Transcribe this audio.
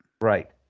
Right